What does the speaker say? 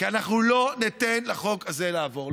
כי אנחנו לא ניתן לחוק הזה לעבור.